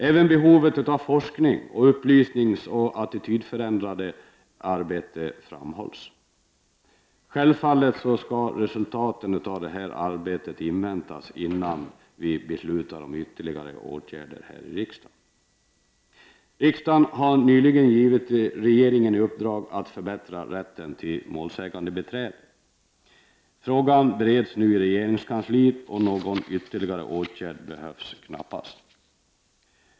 Även behovet av forskning, upplysning och attitydförändrande arbete framhålls. Självfallet skall resultaten av detta arbete inväntas innan vi här i riksdagen beslutar om ytterligare åtgärder. Riksdagen har nyligen givit regeringen i uppdrag att förbättra rätten till målsägandebiträde. Frågan bereds nu i regeringskansliet, och någon ytterligare åtgärd behövs knappast.